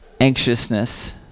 anxiousness